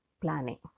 planning